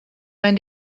man